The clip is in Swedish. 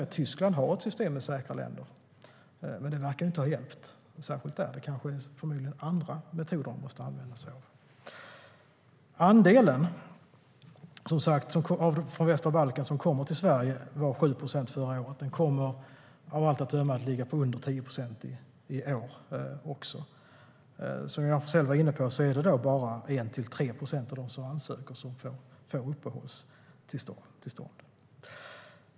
Tyskland har ett system med säkra länder, men det verkar ju inte ha hjälpt. Förmodligen måste man använda sig av andra metoder i Tyskland. Andelen som under förra året kom från västra Balkan till Sverige var 7 procent. Av allt att döma kommer antalet att ligga under 10 procent i år. Som Johan Forssell var inne på är det bara 1-3 procent av dem som ansöker som får uppehållstillstånd.